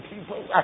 people